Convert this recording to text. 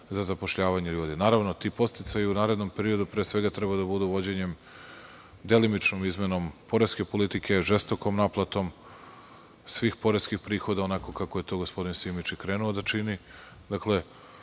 za zapošljavanje ljudi. Naravno, ti podsticaji u narednom periodu pre svega treba da budu vođenjem, delimičnom izmenom poreske politike, žestokom naplatom svih poreskih prihoda, onako kako je to gospodin Simić i krenuo da čini.